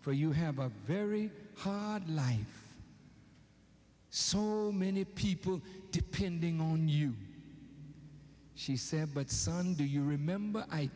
for you have a very hard life so many people depending on you she said but son do you remember i